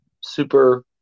super